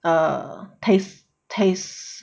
err taste taste